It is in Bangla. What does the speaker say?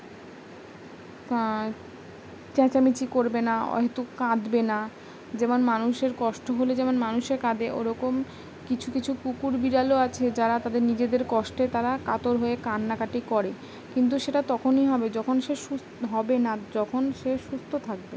চেঁচামেচি করবে না অহেতুক কাঁদবে না যেমন মানুষের কষ্ট হলে যেমন মানুষের কাঁদে ওরকম কিছু কিছু কুকুর বিড়ালও আছে যারা তাদের নিজেদের কষ্টে তারা কাতর হয়ে কান্নাকাটি করে কিন্তু সেটা তখনই হবে যখন সে হবে না যখন সে সুস্থ থাকবে